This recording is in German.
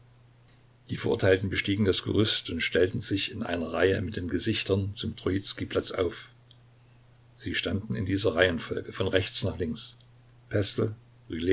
die verurteilten bestiegen das gerüst und stellten sich in einer reihe mit den gesichtern zum trojizkij platz auf sie standen in dieser reihenfolge von rechts nach links